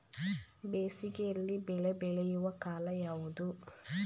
ಬೇಸಿಗೆ ಯಲ್ಲಿ ಬೆಳೆ ಬೆಳೆಯುವ ಕಾಲ ಯಾವುದು?